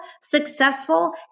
successful